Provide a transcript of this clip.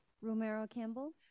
Romero-Campbell